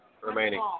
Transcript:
remaining